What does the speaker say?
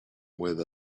with